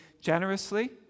generously